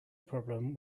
problem